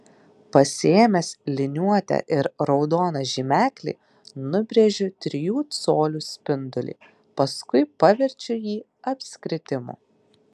pasiėmęs liniuotę ir raudoną žymeklį nubrėžiu trijų colių spindulį paskui paverčiu jį apskritimu